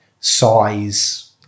size